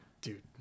Dude